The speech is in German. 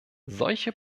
solche